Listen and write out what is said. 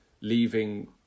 leaving